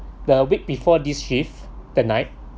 the week before this shift tonight